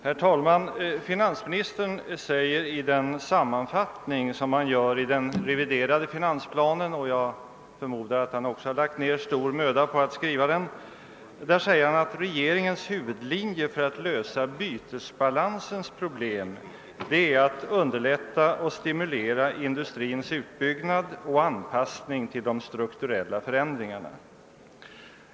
Herr talman! Finansministern säger i den sammanfattning han gör i den reviderade finansplanen — jag förmodar att han har lagt ner stor möda på att skriva den — att regeringens huvudlinje för att lösa bytesbalansens problem »är att underlätta och stimulera industrins utbyggnad och anpassning till de strukturella förändringarna».